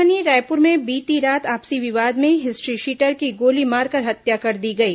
राजधानी रायपुर में बीती रात आपसी विवाद में हिस्ट्रीशीटर की गोली मारकर हत्या कर दी गई